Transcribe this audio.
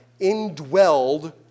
indwelled